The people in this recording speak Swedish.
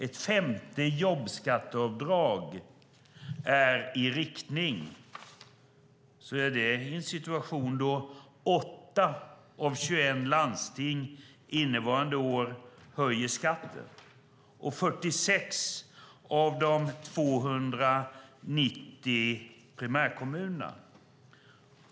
Ett femte jobbskatteavdrag är vår inriktning. Det gör han i en situation då 8 av 21 landsting och 46 av de 290 primärkommunerna höjer skatten innevarande år.